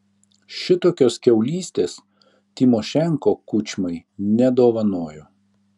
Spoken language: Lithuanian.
šitokios kiaulystės tymošenko kučmai nedovanojo